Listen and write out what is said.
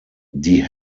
die